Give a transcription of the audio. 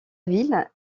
ville